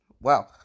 Wow